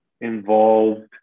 involved